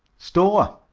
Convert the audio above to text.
store.